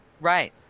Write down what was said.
Right